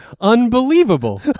unbelievable